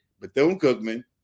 Bethune-Cookman